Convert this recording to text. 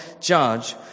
judge